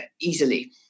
easily